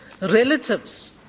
relatives